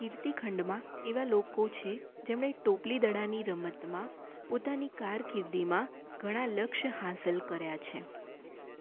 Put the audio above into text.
કીર્તિખંડમાં એવા લોકો છે જેમણે ટોપલીદડાની રમતમાં પોતાની કારકીર્દીમાં ઘણા લક્ષ્ય હાંસલ કર્યા છે